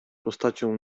postacią